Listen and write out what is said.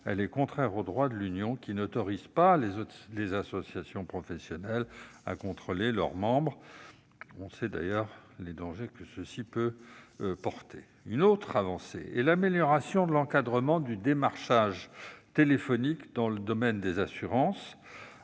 été contraire au droit de l'Union européenne, qui n'autorise pas les associations professionnelles à contrôler leurs membres. Nous savons les dangers que cela peut comporter. Une autre avancée est l'amélioration de l'encadrement du démarchage téléphonique dans le domaine des assurances,